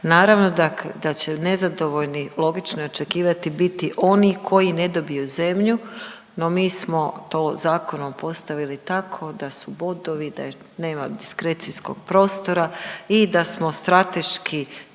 Naravno da će nezadovoljni logično je očekivati biti oni koji ne dobiju zemlju no mi smo to zakonom postavili tako da su bodovi, da nema diskrecijskog prostora i da smo strateški